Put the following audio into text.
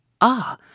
Ah